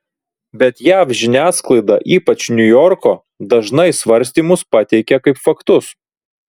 bet jav žiniasklaida ypač niujorko dažnai svarstymus pateikia kaip faktus